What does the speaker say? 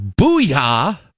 Booyah